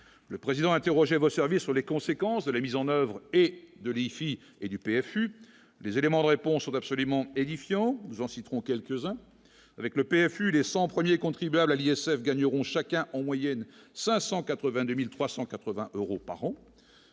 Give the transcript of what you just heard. le président interrogé vos services sur les conséquences de la mise en oeuvre et de l'IFI et du PS fut les éléments de réponse absolument édifiant inciteront quelques-uns avec le PSU, les 100 premiers contribuables à l'ISF gagneront chacun en moyenne 582380 euros par an